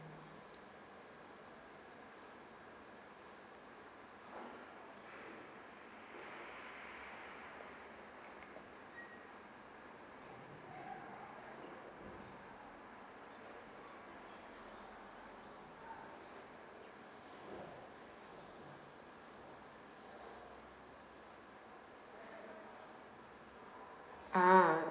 ah